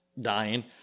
dying